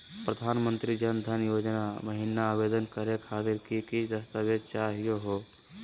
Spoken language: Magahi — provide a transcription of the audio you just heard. प्रधानमंत्री जन धन योजना महिना आवेदन करे खातीर कि कि दस्तावेज चाहीयो हो?